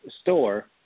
store